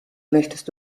möchtest